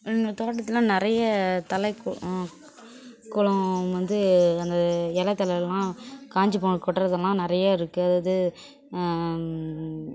எங்கள் தோட்டத்தில் நிறைய தழை குளம் வந்து அந்த இலை தழைலாம் காஞ்சி போன கொட்டுகிறதுலாம் நிறைய இருக்குது அதாவது